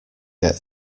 get